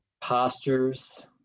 postures